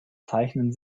zeichnen